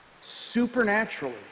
supernaturally